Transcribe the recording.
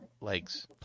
legs